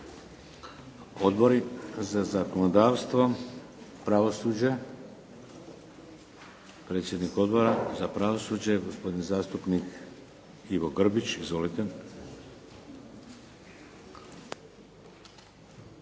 Odbori za zakonodavstvo, pravosuđe. Predsjednik Odbora za pravosuđe gospodin zastupnik Ivo Grbić. Izvolite.